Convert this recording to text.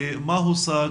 מה הושג,